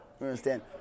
understand